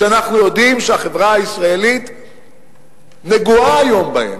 שאנחנו יודעים שהחברה הישראלית נגועה היום בהם,